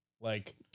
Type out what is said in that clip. Like-